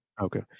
Okay